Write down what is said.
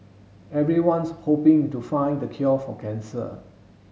everyone's hoping to find the cure for cancer